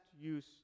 use